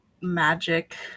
magic